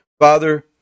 father